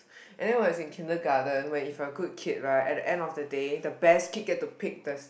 and then when I was in Kindergarten when if a good kid right at the end of the day the best kid get to pick this